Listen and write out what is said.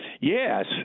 yes